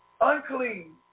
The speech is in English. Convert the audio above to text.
unclean